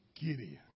Gideon